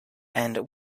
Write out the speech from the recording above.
and